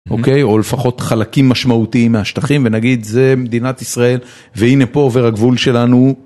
או לפחות חלקים משמעותיים מהשטחים ונגיד זה מדינת ישראל והנה פה עובר הגבול שלנו.